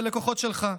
בלקוחות שלך,